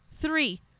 Three